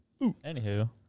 anywho